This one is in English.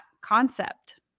concept